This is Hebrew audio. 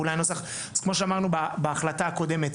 אז כמו שאמרנו בהחלטה הקודמת,